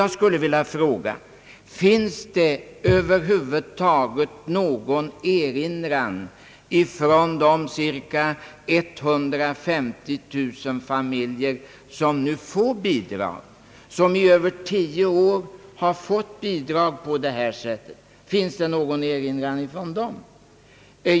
Jag skulle vilja fråga om det över huvud taget gjorts någon erinran från de cirka 150 000 familjer som nu får bidrag och som i över tio år har fått bidrag på detta sätt.